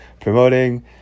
promoting